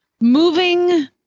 moving